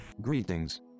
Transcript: Greetings